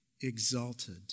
exalted